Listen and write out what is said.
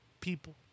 people